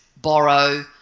borrow